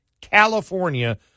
California